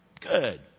Good